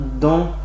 dans